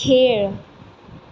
खेळ